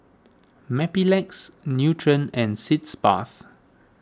Mepilex Nutren and Sitz Bath